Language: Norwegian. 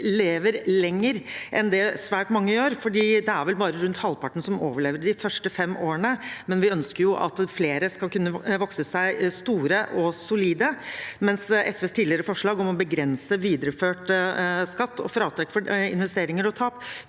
lever lenger enn det svært mange gjør, for det er vel bare rundt halvparten som overlever de første fem årene. Vi ønsker jo at flere skal kunne vokse seg store og solide, mens SVs tidligere forslag om å begrense videreført skatt og fratrekk for investeringer og tap